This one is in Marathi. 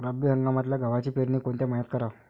रब्बी हंगामात गव्हाची पेरनी कोनत्या मईन्यात कराव?